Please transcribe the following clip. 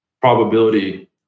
probability